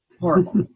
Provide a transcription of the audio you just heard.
horrible